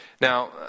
Now